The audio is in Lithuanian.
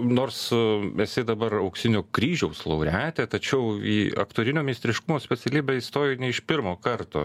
nors tu esi dabar auksinio kryžiaus laureatė tačiau į aktorinio meistriškumo specialybę įstojai ne iš pirmo karto